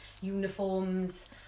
uniforms